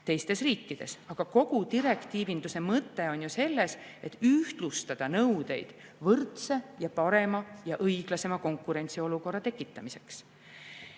teistes riikides. Aga kogu direktiivinduse mõte on ju selles, et ühtlustada nõudeid võrdse ja parema ja õiglasema konkurentsiolukorra tekitamiseks. Head